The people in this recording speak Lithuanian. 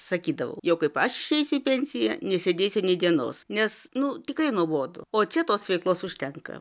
sakydavau jog kaip aš eisiu į pensiją nesėdėsiu nei dienos nes nu tikrai nuobodu o čia tos veiklos užtenka